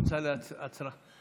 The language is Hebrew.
בבקשה, אדוני, שלוש דקות לרשותך.